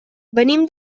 venim